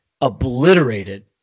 obliterated